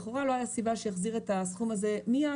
לכאורה לא היה סיבה שיחזיר את הסכום הזה מיד.